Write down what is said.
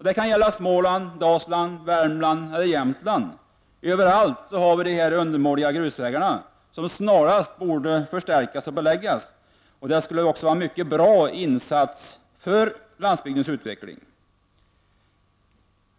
I såväl Småland, Dalsland, Värmland som Jämtland har vi överallt dessa undermåliga grusvägar som snarast borde förstärkas och beläggas. Det skulle vara en mycket bra insats för landsbygdens utveckling.